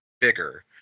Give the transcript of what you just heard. bigger